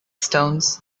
stones